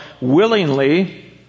willingly